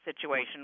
situation